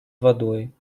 водой